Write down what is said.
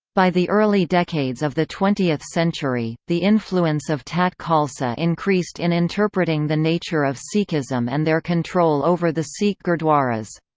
by the early decades of the twentieth century, the influence of tat khalsa increased in interpreting the nature of sikhism and their control over the sikh gurdwaras.